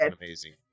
amazing